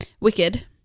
Wicked